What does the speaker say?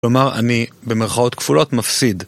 כלומר אני במרכאות כפולות מפסיד